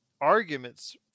arguments